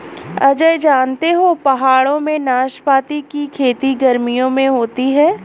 अजय जानते हो पहाड़ों में नाशपाती की खेती गर्मियों में होती है